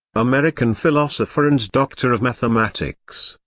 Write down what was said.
american philosopher and doctor of mathematics,